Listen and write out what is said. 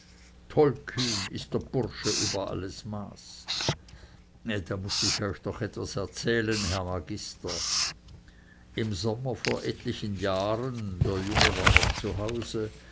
tollkühn ist der bursche über alles maß da muß ich euch doch etwas erzählen herr magister im sommer vor etlichen jahren der junge war noch